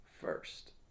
first